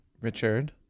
Richard